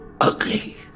ugly